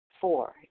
Four